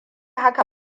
haka